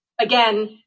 again